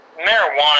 marijuana